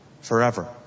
forever